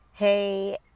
Hey